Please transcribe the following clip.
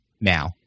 now